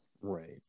Right